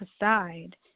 aside